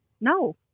No